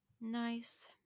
Nice